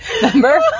Remember